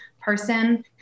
person